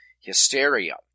hysteria